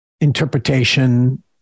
interpretation